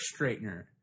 straightener